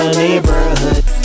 neighborhood